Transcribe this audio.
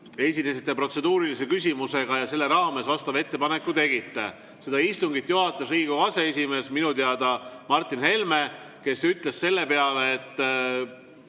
esinesite protseduurilise küsimusega ja selle raames vastava ettepaneku tegite. Seda istungit juhatas Riigikogu aseesimees, minu teada Martin Helme, kes ütles selle peale, et